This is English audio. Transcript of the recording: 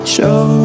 Show